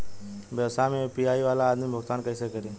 व्यवसाय में यू.पी.आई वाला आदमी भुगतान कइसे करीं?